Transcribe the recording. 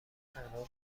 تنها